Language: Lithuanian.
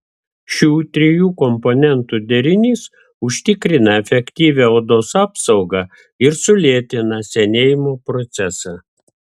šių trijų komponentų derinys užtikrina efektyvią odos apsaugą ir sulėtina senėjimo procesą